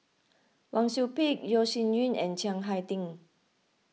Wang Sui Pick Yeo Shih Yun and Chiang Hai Ding